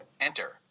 enter